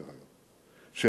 דרך אגב,